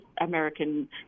American